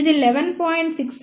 67 గా వస్తుంది ఇది 10